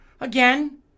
Again